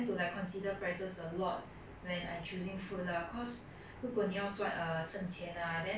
sometimes it's inevitable that I'll just look at the price then 可能 just choose something 比较便宜 lah